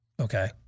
Okay